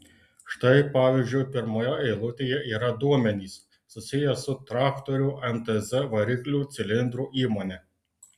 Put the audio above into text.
štai pavyzdžiui pirmoje eilutėje yra duomenys susiję su traktorių mtz variklių cilindrų įmone